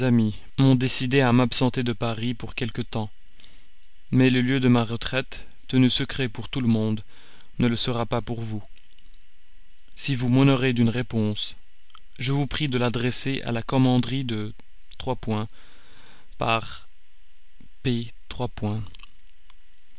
m'ont décidé à m'absenter de paris pour quelque temps mais le lieu de ma retraite tenu secret pour tout le monde ne le sera pas pour vous si vous m'honorez d'une réponse je vous prie de l'adresser à la commanderie de par p